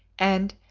and,